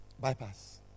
Bypass